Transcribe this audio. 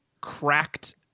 cracked